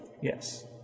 Yes